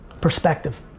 Perspective